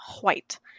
white